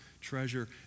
treasure